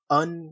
un-